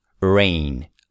Rain